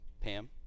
Pam